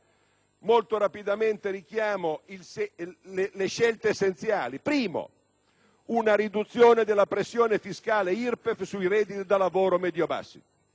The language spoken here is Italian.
molto rapidamente richiamerò le nostre scelte essenziali: in primo luogo, una riduzione della pressione fiscale IRPEF sui redditi da lavoro medio-bassi,